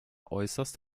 äußerst